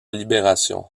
libération